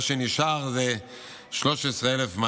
מה שנשאר זה 13,200,